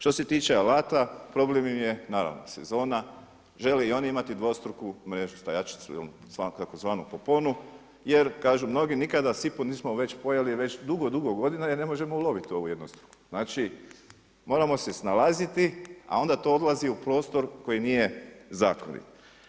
Što se tiče alata problem je im je naravno sezone, žele i oni imati dvostruku mrežu stajačicu ili tzv. poponu jer mnogi nikada sipu nismo pojeli već dugo, dugo godina jer ne možemo uloviti u ovu jednostruku, znači moramo se snalaziti, a onda to odlazi u prostor koji nije zakonit.